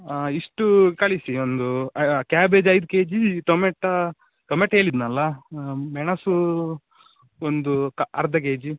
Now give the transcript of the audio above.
ಹಾಂ ಇಷ್ಟು ಕಳಿಸಿ ಒಂದು ಕ್ಯಾಬೇಜ್ ಐದು ಕೆ ಜಿ ಟೊಮೆಟ ಟೊಮೆಟ ಹೇಳಿದ್ನಲ್ಲಾ ಮೆಣಸು ಒಂದು ಕಾ ಅರ್ಧ ಕೆ ಜಿ